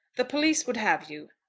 the police would have you.